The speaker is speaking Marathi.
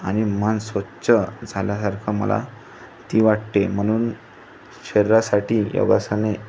आणि मन स्वच्छ झाल्यासारखं मला ती वाटते म्हणून शरीरासाठी योगासने